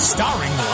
Starring